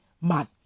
man